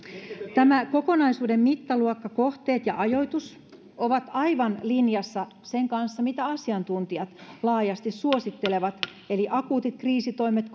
tämä kokonaisuuden mittaluokka kohteet ja ajoitus ovat aivan linjassa sen kanssa mitä asiantuntijat laajasti suosittelevat eli akuutit kriisitoimet